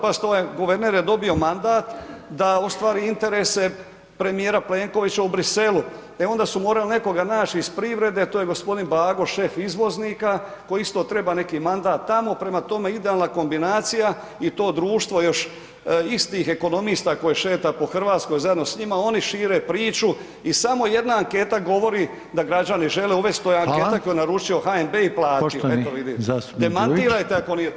Pazite, ovaj guverner je dobio mandat da ostvari interese premijera Plenkovića u Bruxellesu, e onda su morali nekoga naći iz privrede a to je g. Bago, šef izvoznika koji isto treba neki mandat tamo, prema toma, idealna kombinacija i to društvo još istih ekonomista koje šeta po Hrvatskoj zajedno s njima, oni šire priču i samo jedna anketa govori da građani žele uvesti, to je anketa koju je naručio HNB i platio, eto vidite, demantirajte ako nije tako.